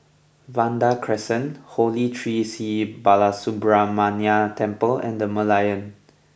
Vanda Crescent Holy Tree Sri Balasubramaniar Temple and The Merlion